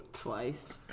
Twice